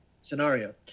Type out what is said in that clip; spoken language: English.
scenario